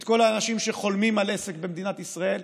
את כל האנשים שחולמים על עסק במדינת ישראל,